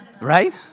right